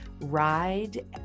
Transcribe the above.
ride